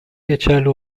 geçerli